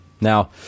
Now